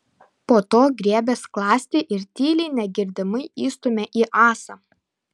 po to griebė skląstį ir tyliai negirdimai įstūmė į ąsą